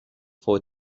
for